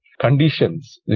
conditions